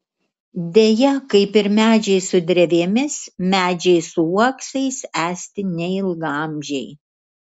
deja kaip ir medžiai su drevėmis medžiai su uoksais esti neilgaamžiai